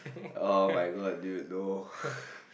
oh-my-god dude no